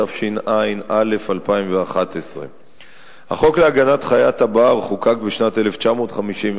התשע"א 2011. החוק להגנת חיית הבר חוקק בשנת 1955,